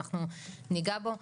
ואנחנו עוד ניגע בו.